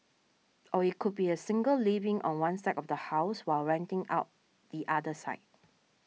or it could be a single living on one side of the house while renting out the other side